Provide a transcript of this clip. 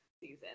season